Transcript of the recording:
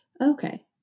Okay